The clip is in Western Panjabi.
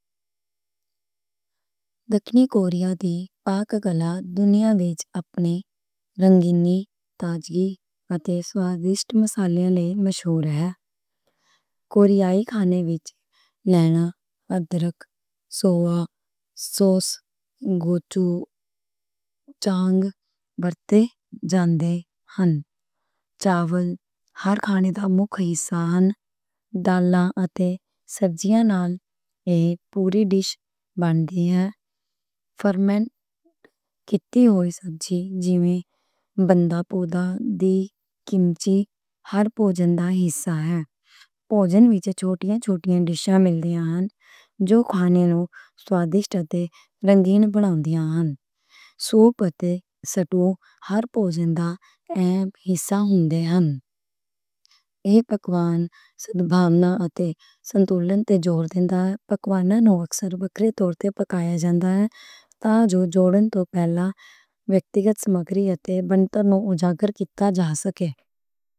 کوریا دی پاک-کلا دنیا وچ اپنی رنگینی، تازگی اتے سوادِشت مصالحیاں لئی مشہور ہے۔ کوریاٸی کھانے وچ لہسن، ادرک، سویا سوس، گوچوجانگ ورتے جاندے ہن۔ چاول ہر کھانے دا مک حصہ ہن، دالاں اتے سبزیاں نال ایہ پوری ڈِش بن دی اے۔ فرمنٹ کیتی ہوٸی سبزی، جیویں بندا، پودا دی، کِمچی ہر پوجن دا حصہ اے۔ پوجن وچ چھوٹیوں چھوٹیوں ڈِشاں ملدیاں نیں، جو کھانے نوں سوادِشت اتے رنگین بناؤن دیاں نیں۔ سُوپ اتے سٹیو ہر پوجن دا حصہ ہوندے نیں۔ ایہ پکوان سدھ بھاونا اتے سَنتولن تے جوڑ دیندا ہے۔ پکواناں نوں اکثر وکھری تور تے پکایا جاندا ہے۔ تاں جو جوڑن توں پہلا ویکتیگت سمگری اتے بنتر نوں اجاگر کِتا جا سکے۔